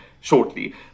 shortly